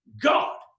god